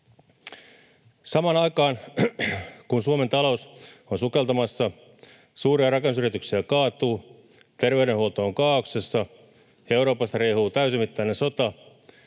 Samaan aikaan, kun Suomen talous on sukeltamassa, suuria rakennusyrityksiä kaatuu, terveydenhuolto on kaaoksessa, Euroopassa riehuu täysimittainen sota,